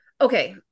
okay